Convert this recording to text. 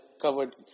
covered